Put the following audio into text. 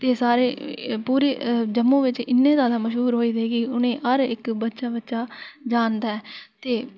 ते सारे पूरे जम्मू बिच इन्ने ज़्यादा मश्हूर होऐ दे उ'नें गी हर इक बच्चा जानदा ते